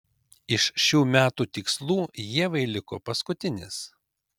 iš šių metų tikslų ievai liko paskutinis